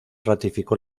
ratificó